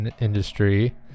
industry